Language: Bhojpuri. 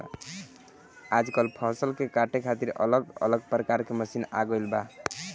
आजकल फसल के काटे खातिर अलग अलग प्रकार के मशीन आ गईल बा